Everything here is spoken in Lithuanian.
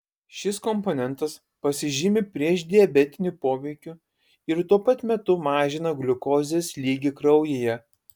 šis komponentas pasižymi priešdiabetiniu poveikiu ir tuo pat metu mažina gliukozės lygį kraujyje